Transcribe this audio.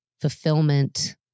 fulfillment